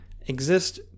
exist